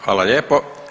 Hvala lijepo.